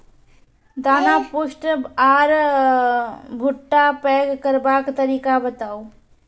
दाना पुष्ट आर भूट्टा पैग करबाक तरीका बताऊ?